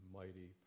mighty